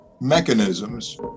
mechanisms